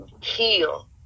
heal